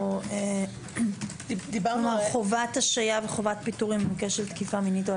או חובת השעיה וחובת פיטורין בהקשר של תקיפה מינית.